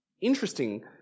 Interesting